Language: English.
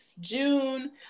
June